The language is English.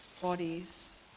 bodies